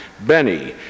Benny